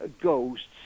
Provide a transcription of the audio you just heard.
ghosts